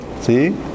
see